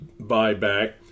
buyback